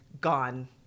gone